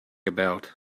about